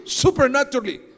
supernaturally